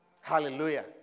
Hallelujah